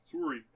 Sorry